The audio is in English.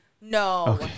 No